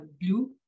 blue